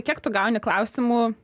kiek tu gauni klausimų